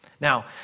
Now